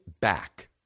back